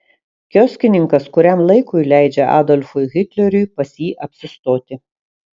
kioskininkas kuriam laikui leidžia adolfui hitleriui pas jį apsistoti